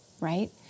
right